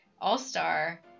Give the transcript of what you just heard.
All-Star